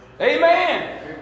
Amen